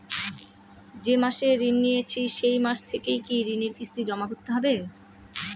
যে মাসে ঋণ নিয়েছি সেই মাস থেকেই কি ঋণের কিস্তি জমা করতে হবে?